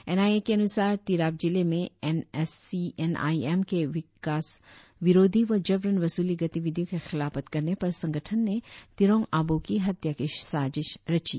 N I A के अनुसार तिराप जिले में N S C N I M के विकास विरोधी व जबरन वसूली गतिविधियों के खिलाफत करने पर संगठन ने तिरोंग आबोह की हत्या की साजिश रची